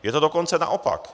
Je to dokonce naopak.